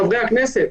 חברי הכנסת.